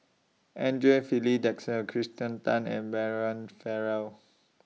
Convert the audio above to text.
Andre Filipe Desker Kirsten Tan and Brian Farrell